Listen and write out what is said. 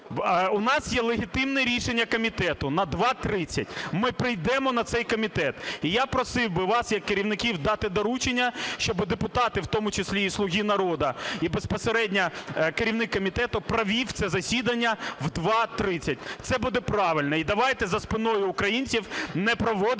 У нас є легітимне рішення комітету, на 2:30 ми прийдемо на цей комітет. І я просив би вас як керівників дати доручення, щоб депутати, в тому числі і "Слуги народу", і безпосередньо керівник комітету провів це засідання в 2:30. Це буде правильно. І давайте за спиною українців не проводити